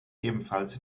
ebenfalls